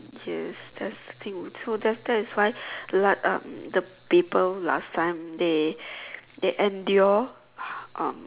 yes that's the thing also that is that is why last uh the people last time they they endure um